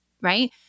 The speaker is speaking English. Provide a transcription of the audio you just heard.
right